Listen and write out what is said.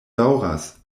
daŭras